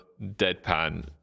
deadpan